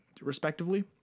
respectively